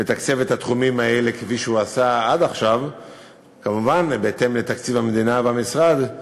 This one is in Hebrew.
לתקצב את התחומים האלה כפי שעשה עד עכשיו ובהתאם לתקציב המדינה במשרד,